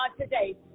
today